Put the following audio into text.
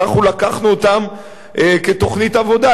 ואנחנו לקחנו אותם כתוכנית עבודה.